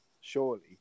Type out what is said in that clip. surely